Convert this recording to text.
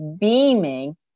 beaming